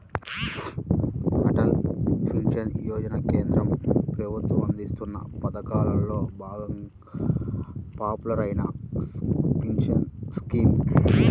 Atal pension Yojana కేంద్ర ప్రభుత్వం అందిస్తోన్న పథకాలలో బాగా పాపులర్ అయిన పెన్షన్ స్కీమ్